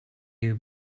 you